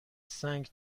سنگ